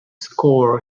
score